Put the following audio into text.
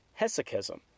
hesychism